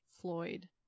Floyd